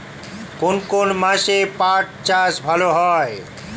কোন কোন মাসে পাট চাষ ভালো হয়?